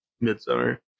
midsummer